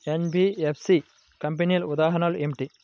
NBFC కంపెనీల ఉదాహరణ ఏమిటి?